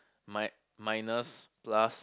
my minus plus